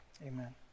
Amen